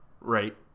right